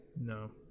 No